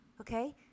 Okay